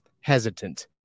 hesitant